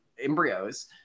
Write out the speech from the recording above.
embryos